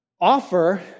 Offer